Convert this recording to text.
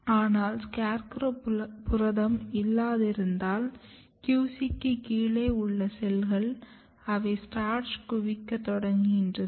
ஆனால் SCARECROW புரதம் இல்லாதிருந்தால் QC க்குக் கீழே உள்ள செல்கள் அவை ஸ்டார்ச்சைக் குவிக்கத் தொடங்குகின்றன